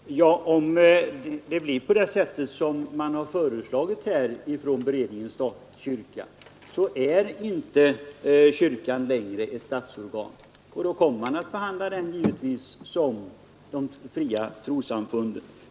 Fru talman! Om det blir på det sätt som kyrka—stat-beredningen föreslagit är kyrkan inte längre ett statsorgan, och då kommer den givetvis att behandlas som de fria trossamfunden.